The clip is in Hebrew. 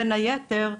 בין היתר,